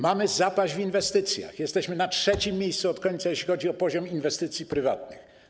Mamy zapaść w inwestycjach, jesteśmy na 3. miejscu od końca, jeśli chodzi o poziom inwestycji prywatnych.